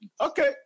Okay